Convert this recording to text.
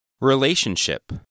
Relationship